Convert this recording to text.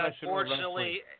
unfortunately